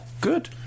good